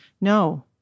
No